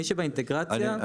מי שבאינטגרציה.